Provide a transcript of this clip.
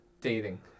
dating